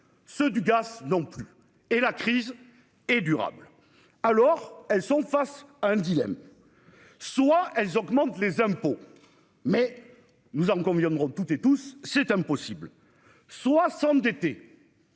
ceux du gaz non plus et la crise et durable. Alors elles sont face à un dilemme. Soit elles augmentent les impôts mais nous en conviendrons toutes et tous, c'est impossible. 60 d'été.--